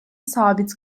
sabit